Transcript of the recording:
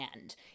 end